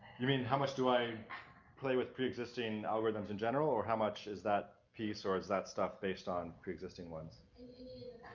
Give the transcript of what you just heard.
you mean how much do i play with pre-existing algorithms in general? or how much is that piece, or is that stuff based on pre-existing ones.